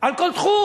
על כל תחום,